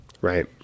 right